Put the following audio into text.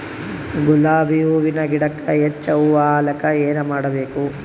ಗುಲಾಬಿ ಹೂವಿನ ಗಿಡಕ್ಕ ಹೆಚ್ಚ ಹೂವಾ ಆಲಕ ಏನ ಮಾಡಬೇಕು?